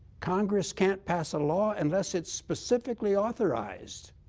congress can't pass a law unless it's specifically authorized,